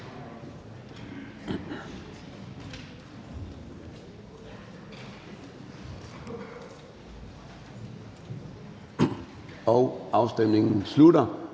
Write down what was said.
og afstemningen starter.